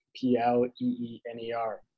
P-L-E-E-N-E-R